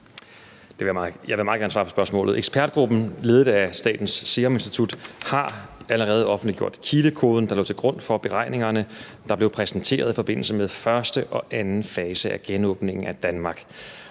Jeg vil meget gerne svare på spørgsmålet. Ekspertgruppen ledet af Statens Serum Institut har allerede offentliggjort kildekoden, der lå til grund for beregningerne, der blev præsenteret i forbindelse med første og anden fase af genåbningen af Danmark.